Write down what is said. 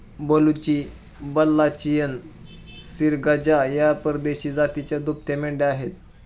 बलुची, बल्लाचियन, सिर्गजा या परदेशी जातीच्या दुभत्या मेंढ्या आहेत